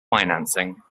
financing